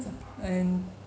and